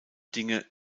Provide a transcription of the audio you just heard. dinge